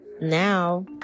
now